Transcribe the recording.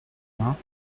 uns